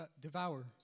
devour